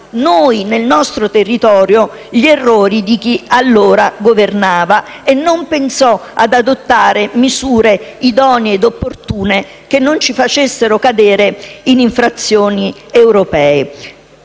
dunque noi) a pagare gli errori di chi allora governava e non ha pensato ad adottare misure idonee e opportune che non ci facessero incorrere in infrazioni europee.